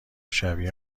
شبیه